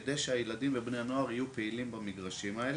כדי שהילדים ובני הנוער יהיו פעילים במגרשים האלה.